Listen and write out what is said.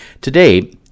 today